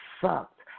sucked